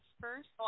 first